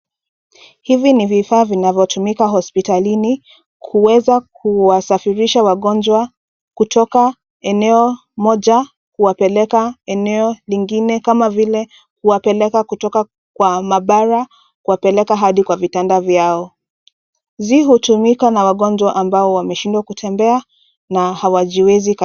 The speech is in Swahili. Hivi ni vifaa vinavyotumika hospitalini kuweza kuwasafirisha wagonjwa kutoka eneo moja kuwapeleka eneo lingine kama vile kuwapeleka kutoka kwa maabara kuwapeleka hadi vitanda vyao. Hizi hutumika na wagonjwa ambao wameshindwa kutembea na hawajiwezi kabisa.